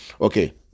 Okay